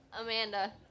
Amanda